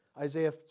Isaiah